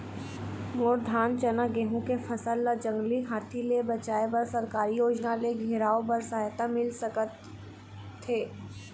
मोर धान चना गेहूं के फसल ला जंगली हाथी ले बचाए बर सरकारी योजना ले घेराओ बर सहायता मिल सका थे?